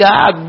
God